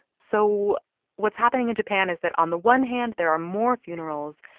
so what's happening in japan is that on the one hand, there are more funerals.